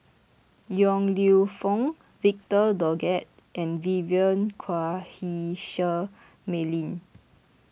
Yong Lew Foong Victor Doggett and Vivien Quahe Seah Mei Lin